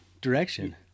direction